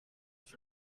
för